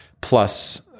plus